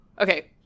Okay